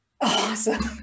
Awesome